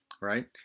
right